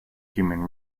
human